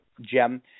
gem